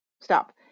stop